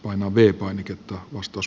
arvoisa puhemies